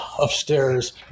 upstairs